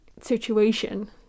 situation